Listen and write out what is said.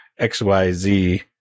xyz